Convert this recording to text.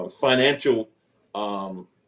financial